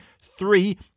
three